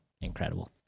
incredible